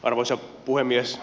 arvoisa puhemies